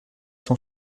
cent